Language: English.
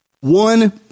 One